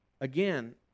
again